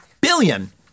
billion